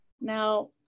Now